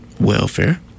Welfare